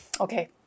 Okay